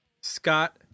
Scott